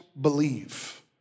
believe